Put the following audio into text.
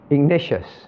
Ignatius